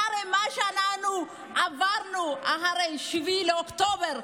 במיוחד אחרי מה שאנחנו עברנו, אחרי 7 באוקטובר,